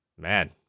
man